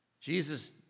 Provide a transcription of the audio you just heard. Jesus